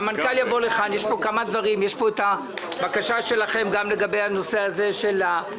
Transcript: יש כמה נושאים: גם הבקשה שלכם לגבי ההוסטלים